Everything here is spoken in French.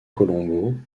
colombot